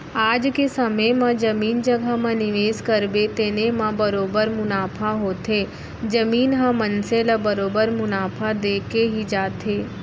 आज के समे म जमीन जघा म निवेस करबे तेने म बरोबर मुनाफा होथे, जमीन ह मनसे ल बरोबर मुनाफा देके ही जाथे